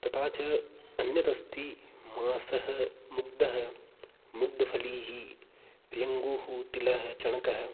तथा च अन्यत् अस्ति माषः मुग्दः मुग्धफलीः प्रियङ्गुः तिलः चणकः